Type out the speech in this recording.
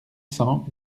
cents